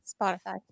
spotify